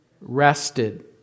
rested